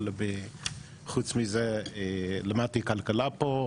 אבל חוץ מזה למדתי כלכלה פה,